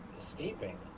escaping